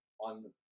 on